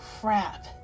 crap